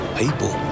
people